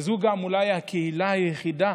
זו גם אולי הקהילה היחידה